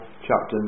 chapter